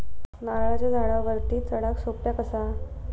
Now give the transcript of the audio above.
नारळाच्या झाडावरती चडाक सोप्या कसा?